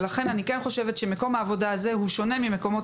לכן אני כן חושבת שמקום העבודה הזה הוא שונה ממקומות